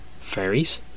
fairies